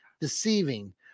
deceiving